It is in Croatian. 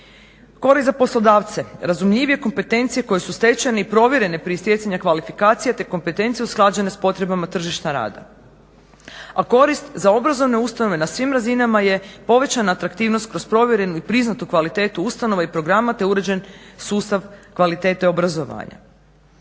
Korist za poslodavce – razumljivije kompetencije koje su stečene i provjerene prije stjecanja kvalifikacija te kompetencije usklađene s potrebama tržišta rada. A korist za obrazovne ustanove na svim razinama je povećana atraktivnost kroz provjerenu i priznatu kvalitetu ustanova i programa te uređen sustav kvalitete obrazovanja.